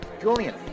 Julian